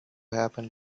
happen